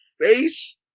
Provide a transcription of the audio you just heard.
face